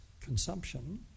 consumption